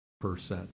percent